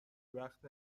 وقت